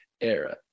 era